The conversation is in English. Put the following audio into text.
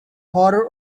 horror